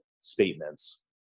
statements